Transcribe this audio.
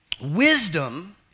Wisdom